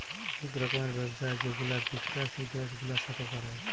ইক রকমের ব্যবসা যেগুলা বিদ্যাসি দ্যাশ গুলার সাথে ক্যরে